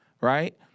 right